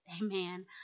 amen